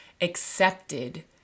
accepted